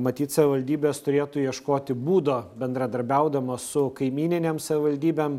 matyt savivaldybės turėtų ieškoti būdo bendradarbiaudamos su kaimyninėm savivaldybėm